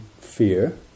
fear